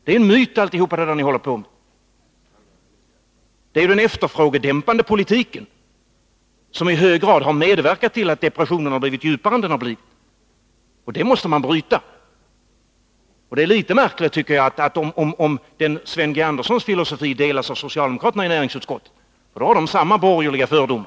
Det är en myt alltihop det här som ni håller på med. Den efterfrågedämpande politiken har i hög grad medverkat till att depressionen har blivit djupare än den behövt vara, och det måste man bryta. Det är litet märkligt om Sven Anderssons filosofi delas av socialdemokraterna i näringsutskottet, för då har de samma borgerliga fördomar.